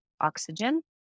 oxygen